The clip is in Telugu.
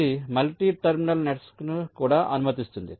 ఇది మల్టీ టెర్మినల్ నెట్స్ను కూడా అనుమతిస్తుంది